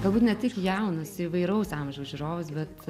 galbūt ne tik jaunus įvairaus amžiaus žiūrovus bet